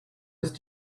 ist